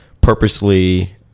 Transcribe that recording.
purposely –